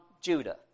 Judah